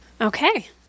Okay